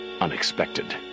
unexpected